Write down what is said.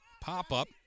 Pop-up